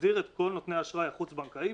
שמסדיר את כל נותני האשראי החוץ בנקאי.